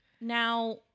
Now